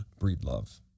BREEDLOVE